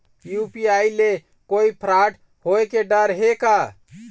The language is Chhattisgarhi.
यू.पी.आई ले कोई फ्रॉड होए के डर हे का?